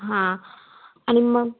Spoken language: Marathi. हां आणि मग